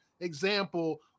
Example